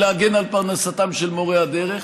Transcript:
ולהגן על פרנסתם של מורי הדרך,